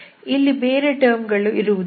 ಇಲ್ಲಿ ಬೇರೆ ಟರ್ಮ್ ಗಳು ಇರುವುದಿಲ್ಲ